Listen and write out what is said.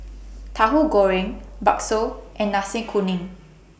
Tahu Goreng Bakso and Nasi Kuning